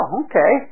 okay